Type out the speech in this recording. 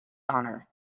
honour